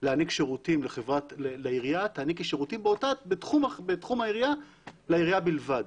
להעניק שירותים לעירייה תעניקי שירותים בתחום העירייה לעירייה בלבד,